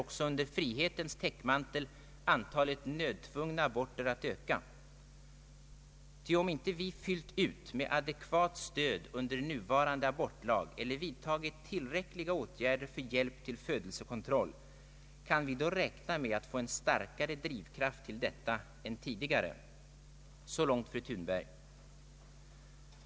På sistone har socialstyrelsen tenderat att bevilja en allt större procent abortansökningar. Antalet ansökningar till socialstyrelsen var 7550 år 1968, av vilka 93 procent beviljades.